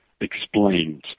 Explains